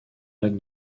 lac